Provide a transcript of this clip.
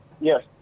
Yes